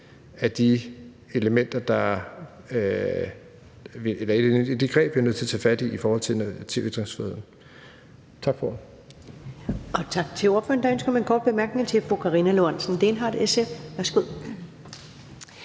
for det her er endnu et af de greb, vi er nødt til at tage fat i, i forhold til ytringsfriheden. Tak for